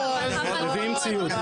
מביאים ציוד.